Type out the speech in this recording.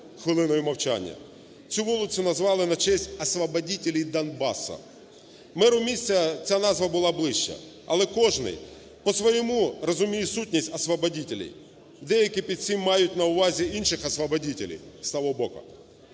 хвилиною мовчання. Цю вулицю назвали на честь"освободителей Донбасса". Меру міста ця назва була ближча, але кожний по своєму розуміє сутність освободителей. Деякі під цим мають на увазі інших освободителей